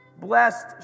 Blessed